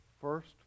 first